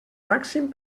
màxim